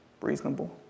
Reasonable